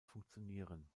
funktionieren